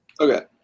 Okay